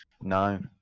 No